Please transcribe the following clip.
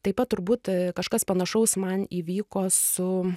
taip pat turbūt kažkas panašaus man įvyko su